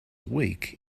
week